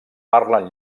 parlen